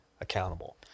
accountable